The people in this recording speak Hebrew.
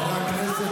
חברי הכנסת,